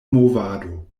movado